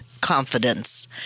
confidence